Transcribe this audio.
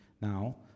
now